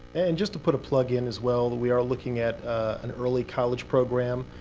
and just to put a plug in as well, we are looking at an early college program,